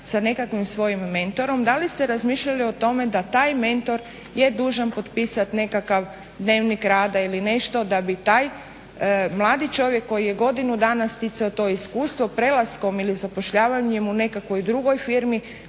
sa nekakvim svojim mentorom, da li ste razmišljali o tome da taj mentor je dužan potpisati nekakav dnevnik rada ili nešto da bi taj mladi čovjek koji je godinu dana sticao to iskustvo prelaskom ili zapošljavanjem u nekakvoj drugoj firmi